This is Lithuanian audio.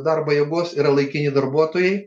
darbo jėgos yra laikini darbuotojai